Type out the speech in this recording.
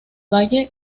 valle